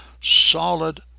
solid